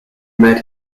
met